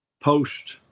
post